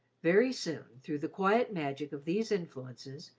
very soon, through the quiet magic of these influences,